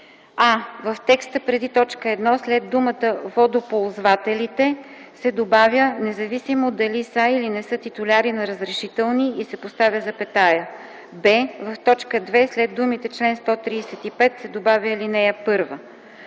а) в текста преди т. 1, след думата „Водоползвателите” се добавя „независимо дали са или не са титуляри на разрешителни” и се поставя запетая; б) в т. 2 след думите „чл. 135” се добавя „ал. 1”.